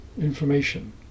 information